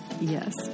Yes